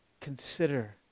consider